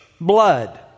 blood